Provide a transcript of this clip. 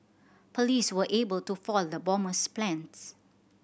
police were able to foil the bomber's plans